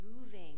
moving